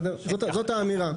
זאת האמירה.